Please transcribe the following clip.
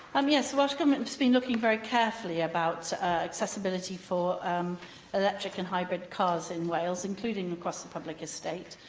am yes. the welsh government has been looking very carefully at accessibility for um electric and hybrid cars in wales, including across the public estate.